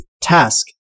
task